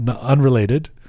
unrelated